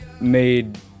made